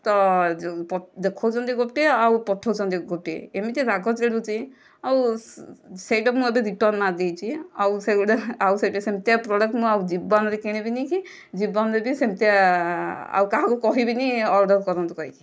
ତ ଦେଖାଉଛନ୍ତି ଗୋଟିଏ ଆଉ ପଠାଉଛନ୍ତି ଗୋଟିଏ ଏମିତି ରାଗ ଛିଡ଼ୁଛି ଆଉ ସେହିଟା ମଧ୍ୟ ରିଟର୍ନ ମାରିଦେଇଛି ଆଉ ସେବେ ସେମିତିଆ ପ୍ରଡ଼କ୍ଟ୍ ଆଉ ମୁଁ ଜୀବନରେ କିଣିବିନି ଜୀବନରେ ବି ସେମିତିଆ ଆଉ କାହାକୁ କହିବିନି ଅର୍ଡ଼ର କରନ୍ତୁ କହିକି